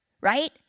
Right